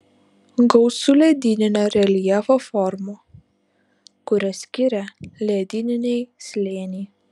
gausu ledyninio reljefo formų kurias skiria ledyniniai slėniai